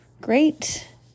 great